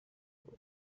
بود